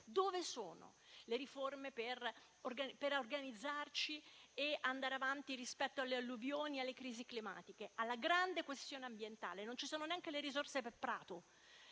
Dove sono le riforme per organizzarci e andare avanti rispetto alle alluvioni e alle crisi climatiche, alla grande questione ambientale? Non ci sono neanche le risorse per Prato.